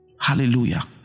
Hallelujah